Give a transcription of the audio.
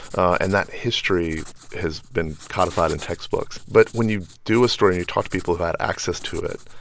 and that history has been codified in textbooks. but when you do a story and you talk to people who had access to it,